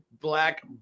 Black